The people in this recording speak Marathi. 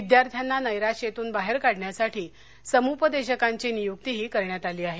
विद्यार्थ्यांना नस्तियेतून बाहेर काढण्यासाठी समुपदेशकांची नियुक्तीही करण्यात आली आहे